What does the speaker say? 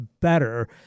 better